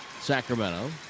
Sacramento